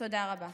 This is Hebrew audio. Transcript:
תודה רבה.